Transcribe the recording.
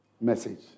message